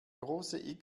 große